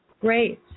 Great